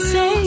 Say